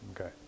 Okay